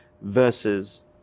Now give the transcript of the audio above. versus